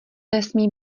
nesmí